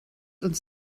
uns